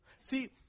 See